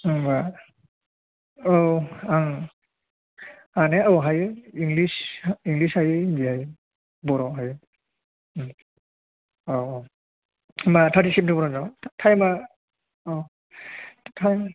होमब्ला औ आं हानाया औ हायो इंलिश इंलिश हायो हिन्दी हायो बर' हायो औ औ होमबा थार्टटि सेप्तेम्बरआव टाइमा औ टाइम